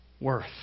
worth